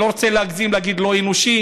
אני לא רוצה להגזים ולהגיד: לא אנושי,